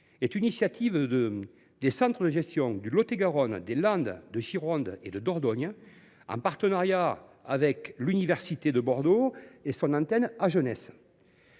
est une initiative des quatre centres de gestion de Lot et Garonne, des Landes, de Gironde et de Dordogne, en partenariat avec l’université de Bordeaux et son antenne agenaise.